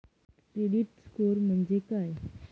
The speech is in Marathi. क्रेडिट स्कोअर म्हणजे काय?